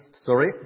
Sorry